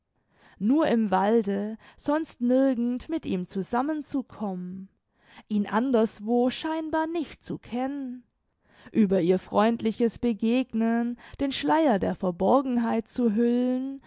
nur im walde sonst nirgend mit ihm zusammenzukommen ihn anderswo scheinbar nicht zu kennen über ihr freundliches begegnen den schleier der verborgenheit zu hüllen